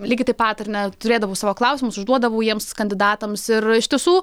lygiai taip pat ar ne turėdavau savo klausimus užduodavau jiems kandidatams ir iš tiesų